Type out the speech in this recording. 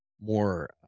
more